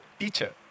teacher